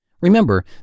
Remember